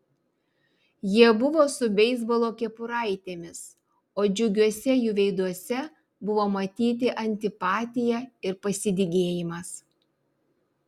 jie buvo su beisbolo kepuraitėmis o džiugiuose jų veiduose buvo matyti antipatija ir pasidygėjimas